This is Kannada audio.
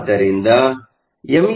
ಆದ್ದರಿಂದ ಎಂ